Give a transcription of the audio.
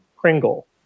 Pringle